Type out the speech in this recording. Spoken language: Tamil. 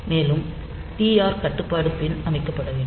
மேலும் டிஆர் கட்டுப்பாட்டு பின் அமைக்கப்பட வேண்டும்